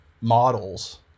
models